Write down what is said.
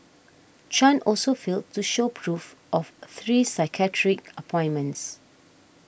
Chan also failed to show proof of three psychiatric appointments